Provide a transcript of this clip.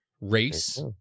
Race